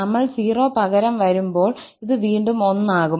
നമ്മൾ 0 പകരം വരുമ്പോൾ ഇത് വീണ്ടും 1 ആകും